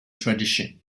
tradition